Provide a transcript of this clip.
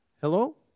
Hello